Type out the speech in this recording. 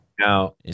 Now